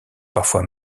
parfois